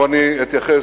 אבל אני אתייחס